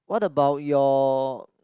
what about your